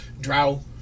Drow